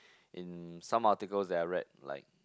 in some articles that I read like